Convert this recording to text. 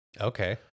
Okay